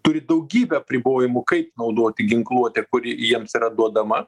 turi daugybę apribojimų kaip naudoti ginkluotę kuri jiems yra duodama